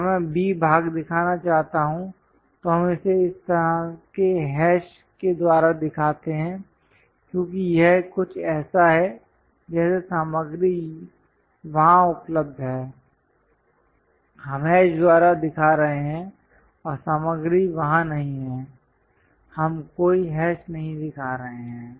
अगर मैं B भाग दिखाना चाहता हूं तो हम इसे इस तरह के हैश के द्वारा दिखाते हैं क्योंकि यह कुछ ऐसा है जैसे सामग्री वहां उपलब्ध है हम हैश द्वारा दिखा रहे हैं और सामग्री वहां नहीं है हम कोई हैश नहीं दिखा रहे हैं